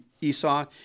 Esau